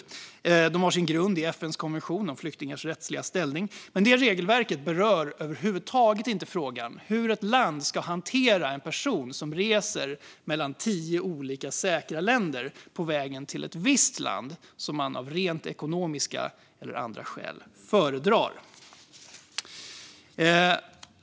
Dessa regler har sin grund i FN:s konvention om flyktingars rättsliga ställning, men regelverket berör över huvud taget inte frågan om hur ett land ska hantera en person som reser mellan tio olika säkra länder på väg till ett visst land som man av rent ekonomiska eller andra skäl föredrar.